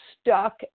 stuck